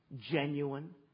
Genuine